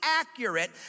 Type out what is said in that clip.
accurate